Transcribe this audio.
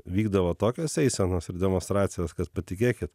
vykdavo tokios eisenos ir demonstracijos kad patikėkit